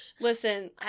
Listen